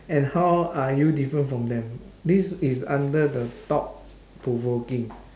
and how are you different from them this is under the thought-provoking